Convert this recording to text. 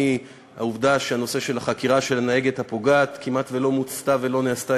מהעובדה שחקירת הנהגת הפוגעת כמעט שלא מוצתה ולא נעשתה,